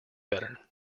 better